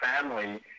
family